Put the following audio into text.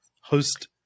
host